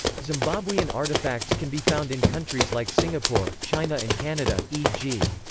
zimbabwean artefacts can be found in countries like singapore, china and canada. e g.